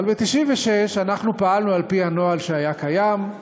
ב-1996 פעלנו על-פי הנוהל שהיה קיים,